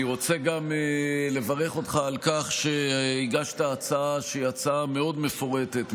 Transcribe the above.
אני רוצה גם לברך אותך על כך שהגשת הצעה שיצאה מאוד מפורטת,